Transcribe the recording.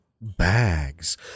bags